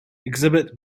exhibit